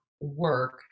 work